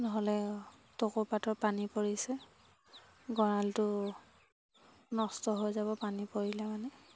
নহ'লে টকৌ পাতৰ পানী পৰিছে গড়ালটো নষ্ট হৈ যাব পানী পৰিলে মানে